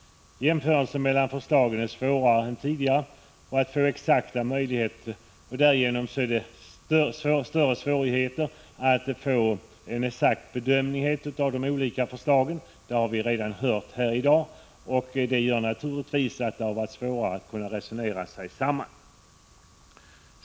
Det är svårare än tidigare att göra exakta jämförelser mellan förslagen, och därigenom är det också större svårigheter att göra en exakt bedömning av de olika förslagen. Det har vi redan hört i dag, och det har naturligtvis medfört att det blivit svårare att resonera sig samman.